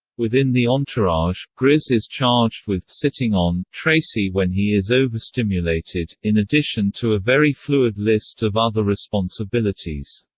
within the entourage, entourage, grizz is charged with sitting on tracy when he is overstimulated, in addition to a very fluid list of other responsibilities.